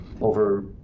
Over